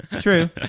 true